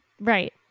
Right